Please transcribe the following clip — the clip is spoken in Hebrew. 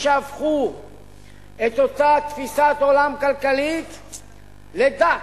שהפכו את אותה תפיסת עולם כלכלית לדת,